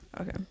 okay